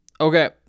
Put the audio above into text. okay